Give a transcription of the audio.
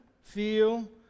feel